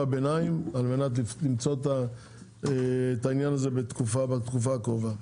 ביניים על מנת למצוא את העניין הזה בתקופה הקרובה.